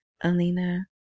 Alina